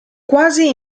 quasi